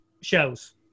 shows